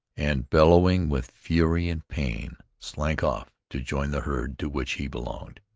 and bellowing with fury and pain, slunk off to join the herd to which he belonged.